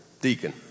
deacon